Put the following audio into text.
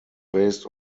based